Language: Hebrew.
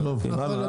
הלאה, תמשיכו.